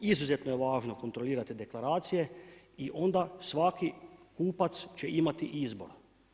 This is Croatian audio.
Izuzetno je važno kontrolirati deklaracije i onda svaki kupac će imati izbora.